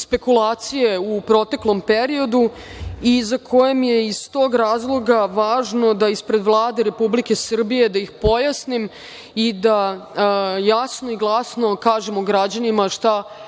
spekulacije u proteklom periodu i za koji je iz tog razloga važno da ispred Vlade Republike Srbije da ih pojasnim i da jasno i glasno kažemo građanima šta